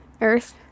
earth